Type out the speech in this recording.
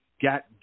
got